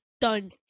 done